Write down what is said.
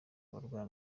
abarwaye